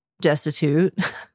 destitute